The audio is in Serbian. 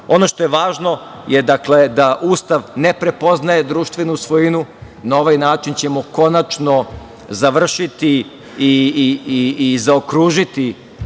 što je važno jeste da Ustav ne prepoznaje društvenu svojinu. Na ovaj način ćemo konačno završiti i zaokružiti